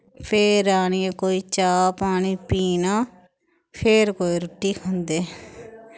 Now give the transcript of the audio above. फिर आनियै कोई चाह् पानी पीना फिर कोई रुट्टी खंदे